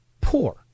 poor